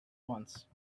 once